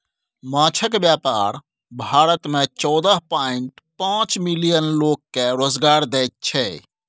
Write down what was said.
माछक बेपार भारत मे चौदह पांइट पाँच मिलियन लोक केँ रोजगार दैत छै